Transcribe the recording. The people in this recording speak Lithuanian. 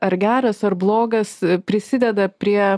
ar geras ar blogas prisideda prie